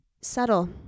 Subtle